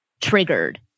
triggered